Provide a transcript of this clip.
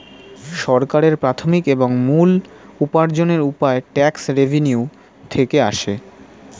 সরকারের প্রাথমিক এবং মূল উপার্জনের উপায় ট্যাক্স রেভেন্যু থেকে আসে